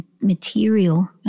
material